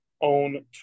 own